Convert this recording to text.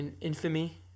infamy